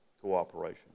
cooperation